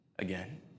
Again